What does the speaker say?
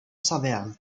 saverne